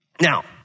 Now